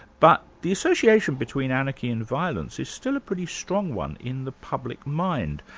but the association between anarchy and violence is still a pretty strong one in the public mind,